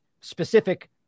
specific